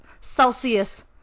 Celsius